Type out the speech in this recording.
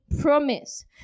promise